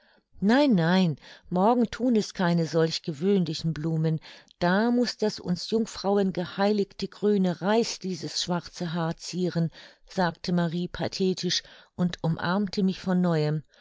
nein nein morgen thun es keine solch gewöhnlichen blumen da muß das uns jungfrauen geheiligte grüne reis dieses schwarze haar zieren sagte marie pathetisch und umarmte mich von neuem